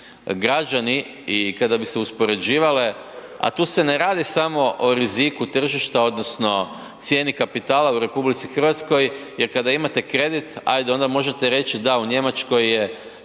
građani i kada bi se uspoređivale, a tu se ne radi samo o riziku tržišta odnosno cijeni kapitala u RH, jer kada imate kredit ajde onda možete reći da u Njemačkoj je